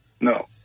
No